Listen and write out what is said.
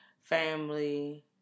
family